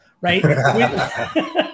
right